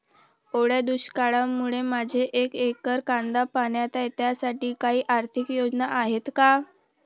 ओल्या दुष्काळामुळे माझे एक एकर कांदा पाण्यात आहे त्यासाठी काही आर्थिक योजना आहेत का?